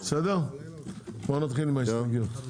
נתחיל בהסתייגויות.